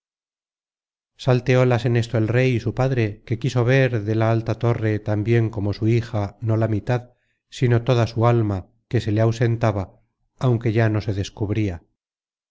salteólas en esto el rey su padre que quiso ver de la alta torre tambien como su hija no la mitad sino toda su alma que se le ausentaba aunque ya no se descubria